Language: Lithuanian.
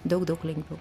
daug daug lengviau